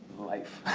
life.